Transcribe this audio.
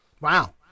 Wow